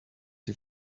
sie